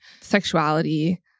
sexuality